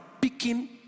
picking